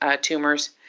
tumors